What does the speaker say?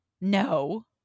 No